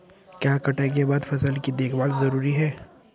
क्या कटाई के बाद फसल की देखभाल जरूरी है?